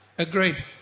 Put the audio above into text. Agreed